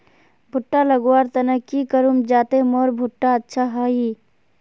भुट्टा लगवार तने की करूम जाते मोर भुट्टा अच्छा हाई?